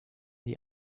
die